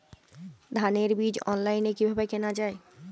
ধানের বীজ অনলাইনে কিভাবে কেনা যায়?